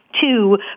two